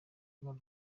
rwa